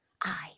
I